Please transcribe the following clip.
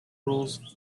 rules